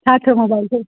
छा थियो मोबाइल खे